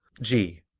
g.